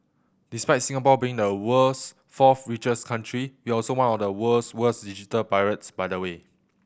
despite Singapore being the world's fourth richest country we're also one of the world's worst digital pirates by the way